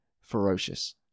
ferocious